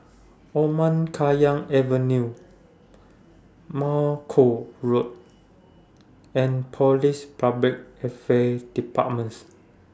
Omar Khayyam Avenue Malcolm Road and Police Public Affairs Departments